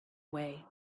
way